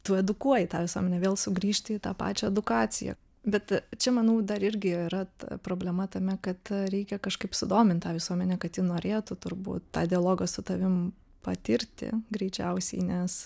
tu edukuoji tą visuomenę vėl sugrįžti į tą pačią edukaciją bet čia manau dar irgi yra problema tame kad reikia kažkaip sudomint tą visuomenę kad ji norėtų turbūt tą dialogą su tavim patirti greičiausiai nes